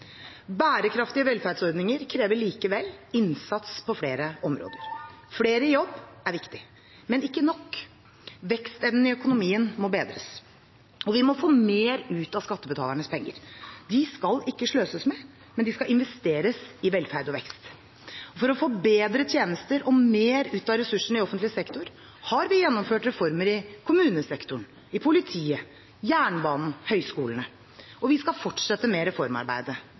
Bærekraftige velferdsordninger krever likevel innsats på flere områder. Flere i jobb er viktig, men ikke nok. Vekstevnen i økonomien må bedres. Vi må få mer ut av skattebetalernes penger. De skal ikke sløses med, men investeres i velferd og vekst. For å få bedre tjenester og mer ut av ressursene i offentlig sektor har vi gjennomført reformer i kommunesektoren, i politiet, av jernbanen og høyskolene. Vi vil fortsette reformarbeidet.